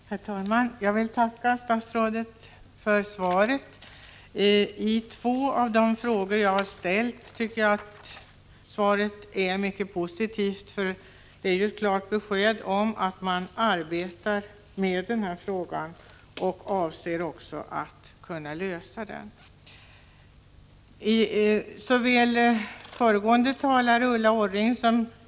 Herr talman! Jag vill tacka statsrådet för svaret. När det gäller två av de frågor jag ställt tycker jag att svaret är mycket positivt, för det ger ju klart besked om att man arbetar med detta problem och avser att kunna lösa det.